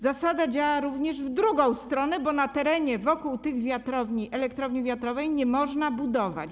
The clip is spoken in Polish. Zasada działa również w drugą stronę, bo na terenie wokół tych elektrowni wiatrowych nie można budować.